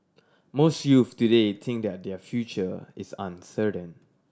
most youths today think that their future is uncertain